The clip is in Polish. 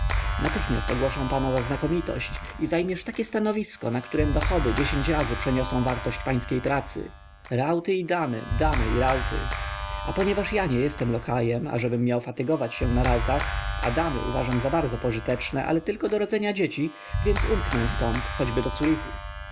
natychmiast ogłoszą pana za znakomitość i zajmiesz takie stanowisko na którem dochody dziesięć razy przeniosą wartość pańskiej pracy rauty i damy damy i rauty a ponieważ ja nie jestem lokajem ażebym miał fatygować się na rautach a damy uważam za bardzo pożyteczne ale tylko do rodzenia dzieci więc umknę ztąd chociażby do